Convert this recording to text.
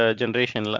generation